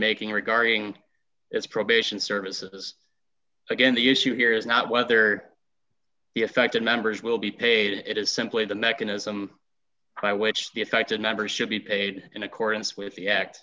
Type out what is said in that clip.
making regarding its probation services again the issue here is not whether the affected members will be paid it is simply the mechanism by which the affected members should be paid in accordance with